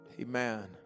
amen